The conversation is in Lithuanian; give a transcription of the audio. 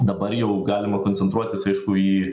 dabar jau galima koncentruotis aišku į